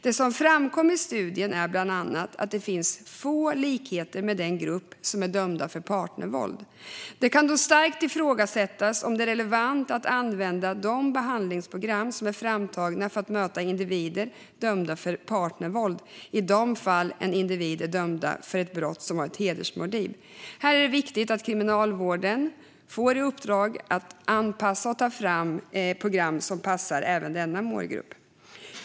Det som framkommer i studien är bland annat att det finns få likheter med den grupp som är dömd för partnervåld. Det kan då starkt ifrågasättas om det är relevant att använda de behandlingsprogram som är framtagna för att möta individer dömda för partnervåld i de fall en individ är dömd för ett brott som har hedersmotiv. Det är viktigt att Kriminalvården får i uppdrag att anpassa och ta fram program som passar även denna målgrupp.